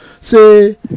say